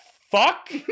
fuck